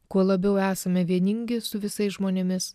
kuo labiau esame vieningi su visais žmonėmis